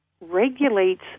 regulates